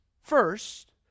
first